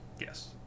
yes